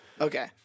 Okay